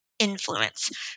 influence